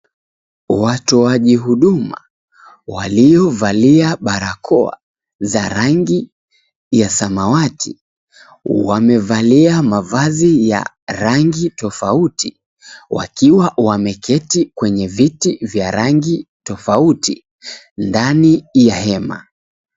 Watu wajihuduma waliovalia barakoa za rangi ya samawati. Wamevalia mavazi ya rangi tofauti wakiwa wameketi kwenye viti vya rangi tofauti, ndani ya hema.